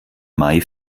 may